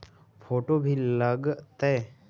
Photo भी लग तै?